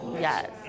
Yes